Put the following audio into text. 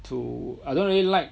to I don't really like